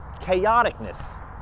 chaoticness